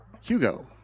Hugo